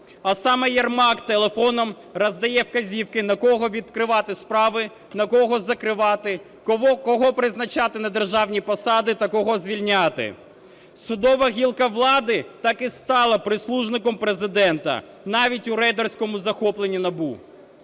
А саме Єрмак телефоном роздає вказівки, на кого відкривати справи, на кого закривати, кого призначати на державні посади та кого звільняти. Судова гілка влади так і стала прислужником Президента навіть у рейдерському захопленні НАБУ.